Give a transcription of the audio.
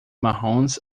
marrons